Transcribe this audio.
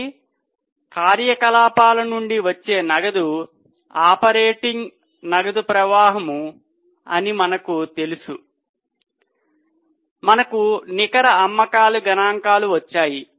కాబట్టి కార్యకలాపాల నుండి వచ్చే నగదు ఆపరేటింగ్ నగదు ప్రవాహం అని మనకు తెలుసు మరియు మనకు నికర అమ్మకాల గణాంకాలు వచ్చాయి